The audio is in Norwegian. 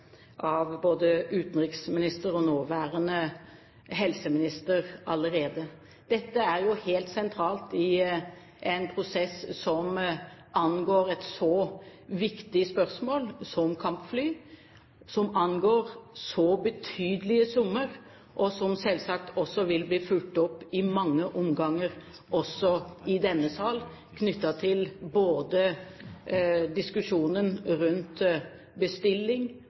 og nåværende helseminister allerede. Dette er helt sentralt i en prosess som angår et så viktig spørsmål som kampfly, som angår så betydelige summer, og som selvsagt også vil bli fulgt opp i mange omganger også i denne sal knyttet til diskusjonen rundt bestilling